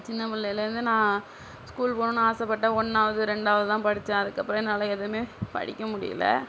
சின்ன பிள்ளைலேர்ந்து நான் ஸ்கூல் போகணுன்னு ஆசைபட்டேன் ஒன்றாவது ரெண்டாவதுதான் படித்தேன் அதுக்கப்புறம் என்னால் எதுவுமே படிக்க முடியலை